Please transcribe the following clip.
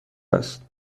است